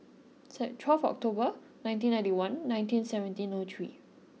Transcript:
twelve October nineteen ninety one nineteen seventeen O three